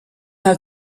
have